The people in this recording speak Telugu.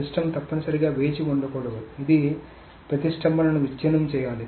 సిస్టమ్ తప్పనిసరిగా వేచి ఉండకూడదు ఇది ప్రతిష్టంభనను విచ్ఛిన్నం చేయాలి